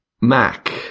Mac